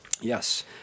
Yes